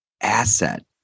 asset